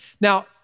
Now